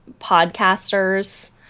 podcasters